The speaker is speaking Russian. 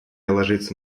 ложится